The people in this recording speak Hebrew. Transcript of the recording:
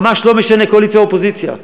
ממש לא משנה קואליציה או אופוזיציה.